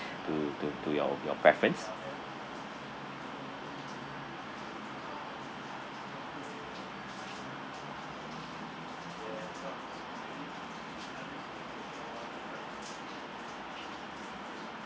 to to to your your preference